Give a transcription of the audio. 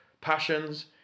passions